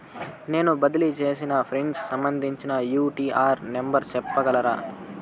నేను బదిలీ సేసిన ఫండ్స్ సంబంధించిన యూ.టీ.ఆర్ నెంబర్ సెప్పగలరా